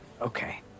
okay